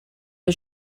the